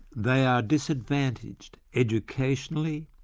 they are disadvantaged educationally,